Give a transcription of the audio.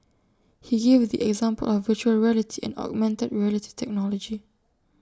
he gave the example of Virtual Reality and augmented reality technology